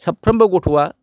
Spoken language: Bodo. साफ्रोमबो गथ'आ